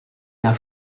der